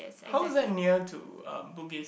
how is that near to um bugis